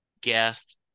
guest